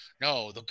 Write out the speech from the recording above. no